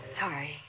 sorry